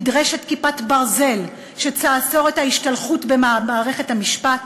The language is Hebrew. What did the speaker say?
נדרשת "כיפת ברזל" שתעצור את ההשתלחות במערכת המשפט,